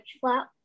flap